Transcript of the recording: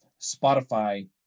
Spotify